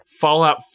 Fallout